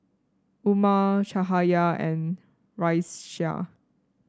Umar Cahaya and Raisya